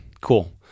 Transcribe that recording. cool